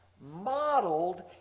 modeled